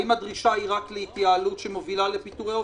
האם הדרישה היא רק להתייעלות שמובילה לפיטורי עובדים,